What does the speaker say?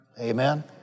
Amen